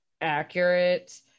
accurate